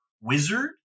wizard